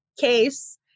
case